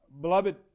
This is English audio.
Beloved